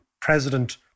president